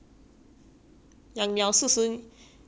err 十十九